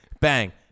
Bang